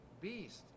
Beast